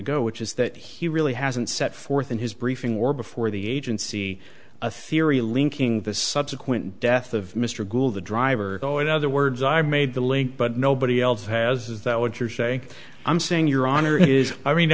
ago which is that he really hasn't set forth in his briefing or before the agency a theory linking the subsequent death of mr gould the driver though in other words i made the link but nobody else has is that what you're saying i'm saying your honor is i mean